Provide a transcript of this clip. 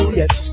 yes